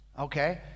Okay